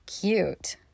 cute